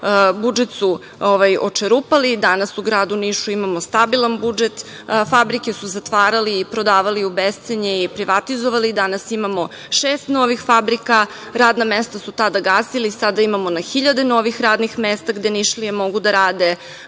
budžet su očerupali. Danas u gradu Nišu imamo stabilan budžet. Fabrike su zatvarali i prodavali u bescenje i privatizovali. Danas imamo šest novih fabrika, radna mestu su tada gasili, sada imamo na hiljade novih radnih mesta gde Nišlije mogu da rade.